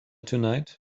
tonight